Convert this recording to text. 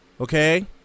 Okay